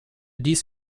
dies